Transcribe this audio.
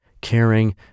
caring